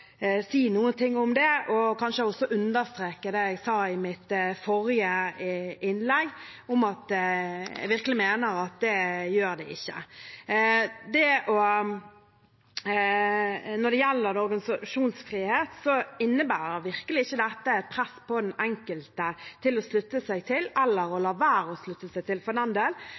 om det og kanskje også understreke det jeg sa i mitt forrige innlegg, om at jeg virkelig mener at det gjør det ikke. Når det gjelder det organisasjonsfrihet, innebærer virkelig ikke dette et press på den enkelte til å slutte seg til eller la være å slutte seg til, for den